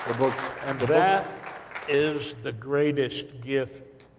and that is the greatest gift,